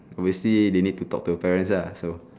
obviously they need to talk to the parents ah so